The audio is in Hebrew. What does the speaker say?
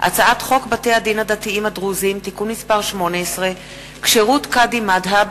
הצעת חוק בתי-הדין הדתיים הדרוזיים (תיקון מס' 18) (כשירות קאדי מד'הב),